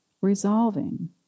Resolving